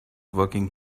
working